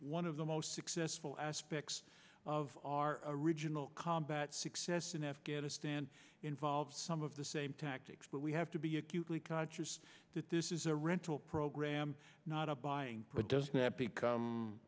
one of the most successful aspects of our original combat success in afghanistan involves some of the same tactics but we have to be acutely conscious that this is a rental program not a buying does not become